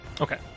Okay